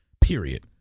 Period